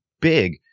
big